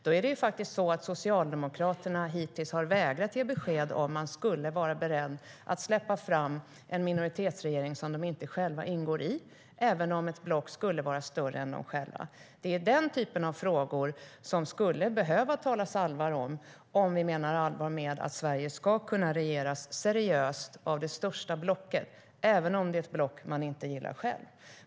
Det är faktiskt så att Socialdemokraterna hittills har vägrat ge besked om huruvida de skulle vara beredda att släppa fram en minoritetsregering som de inte själva ingår i, även om ett block skulle vara större än dem själva. Det är den typen av frågor som vi skulle behöva tala allvar om, om vi menar allvar med att Sverige ska kunna regeras seriöst av det största blocket, även om det är ett block man inte gillar själv.